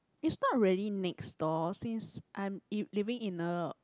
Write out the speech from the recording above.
it's not really next door since I'm e~ living in a